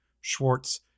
Schwartz